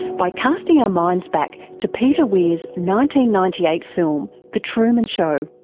by casting our minds back to peter weir's ninety ninety eight film the truman show.